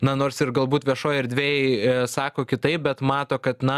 na nors ir galbūt viešoj erdvėj sako kitaip bet mato kad na